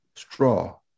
straw